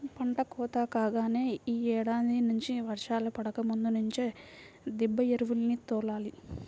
పంట కోత కాగానే యీ ఏడాది నుంచి వర్షాలు పడకముందు నుంచే దిబ్బ ఎరువుల్ని తోలాలి